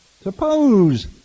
Suppose